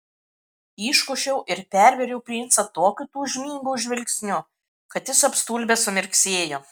iškošiau ir pervėriau princą tokiu tūžmingu žvilgsniu kad jis apstulbęs sumirksėjo